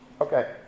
Okay